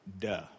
duh